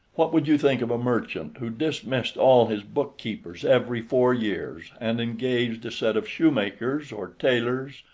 what would you think of a merchant who dismissed all his book-keepers every four years, and engaged a set of shoemakers, or tailors,